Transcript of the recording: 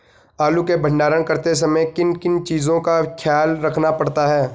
आलू के भंडारण करते समय किन किन चीज़ों का ख्याल रखना पड़ता है?